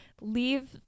leave